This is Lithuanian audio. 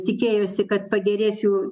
tikėjosi kad pagerės jų